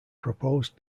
proposed